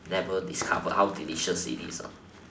never discover how delicious it is ah